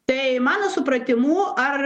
tai mano supratimu ar